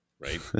right